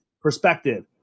perspective